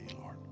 Lord